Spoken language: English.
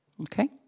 Okay